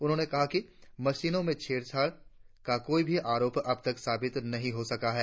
उन्होंने कहा कि मशीनों से छेड़छाड़ का कोई भी आरोप अबतक साबित नही हो सका है